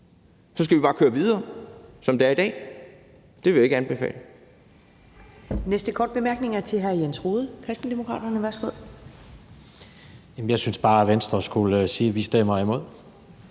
Så skal vi bare køre videre, som det er i dag. Det vil jeg ikke anbefale.